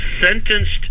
sentenced